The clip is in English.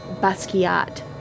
basquiat